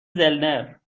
زلنر